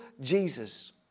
Jesus